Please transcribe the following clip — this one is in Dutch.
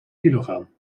kilogram